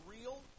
real